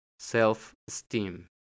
self-esteem